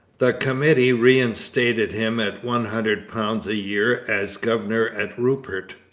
the committee reinstated him at one hundred pounds a year as governor at rupert.